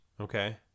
Okay